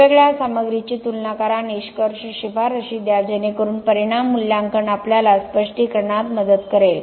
वेगवेगळ्या सामग्रीची तुलना करा निष्कर्ष शिफारशी द्या जेणेकरून परिणाम मूल्यांकन आपल्याला स्पष्टीकरणात मदत करेल